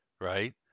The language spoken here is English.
right